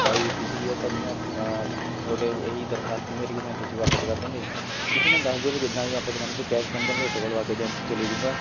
ਸਾਈ ਦਿੱਤੀ ਸੀਗੀ ਉਹ ਭਾਅ ਜੀ ਮੈਂ ਤੁਹਾਡੇ ਉਹ ਇਹੀ ਦਰਖਾਸਤ ਸੀ ਮੇਰੀ ਮੈਨੂੰ ਤੁਸੀਂ ਵਾਪਸ ਕਰ ਦੂਗੇ ਤੁਸੀਂ ਮੈਨੂੰ ਦਸ ਦਿਉ ਵੀ ਜਿੱਦਾਂ ਵੀ ਆਪਸ 'ਚ ਕਰਨੀ ਜੇ ਕੈਸ਼ ਕਰਨੀ ਤਾਂ ਮੈਂ ਤੁਹਾਡੇ ਕੋਲ਼ ਆ ਕੇ ਏਜੰਸੀ 'ਚੋਂ ਲੈ ਜੂਗਾ